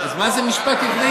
אז מה זה משפט עברי?